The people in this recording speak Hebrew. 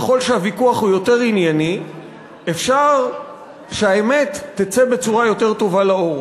ככל שהוויכוח הוא יותר ענייני אפשר שהאמת תצא בצורה יותר טובה לאור.